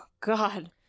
god